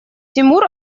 тимур